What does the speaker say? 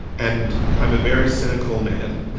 and i'm a very cynical man.